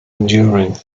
enduring